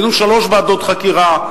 מינו שלוש ועדות חקירה.